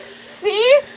see